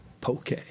Poke